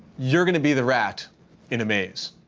you're gonna be the rat in a maze.